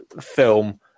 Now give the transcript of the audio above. film